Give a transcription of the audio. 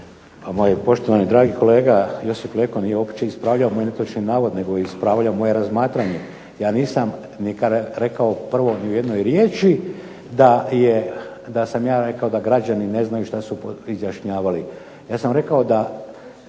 Moj poštovani dragi kolega nije uopće ispravljao moj netočni navod, nego je ispravljao moje razmatranje. Ja nisam rekao ni u jednoj riječi da sam ja rekao da građani ne znaju što su izjašnjavali. Ja sam rekao da